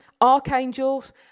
archangels